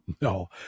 no